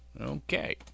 Okay